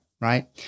right